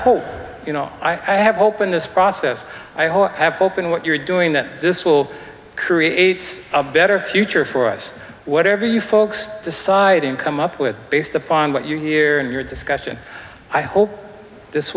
pe you know i have opened this process i hope i have hope in what you're doing that this will create a better future for us whatever you folks decide and come up with based upon what you hear and your discussion i hope this